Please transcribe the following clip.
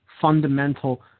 fundamental